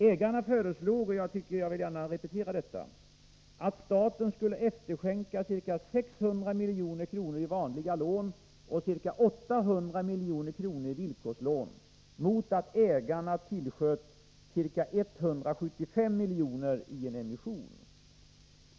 Ägarna föreslog — jag vill gärna repetera detta — att staten skulle efterskänka ca 600 milj.kr. i vanliga lån och ca 800 milj.kr. i villkorslån, mot att ägarna tillsköt ca 175 milj.kr. i en emission.